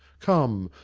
come,